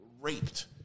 raped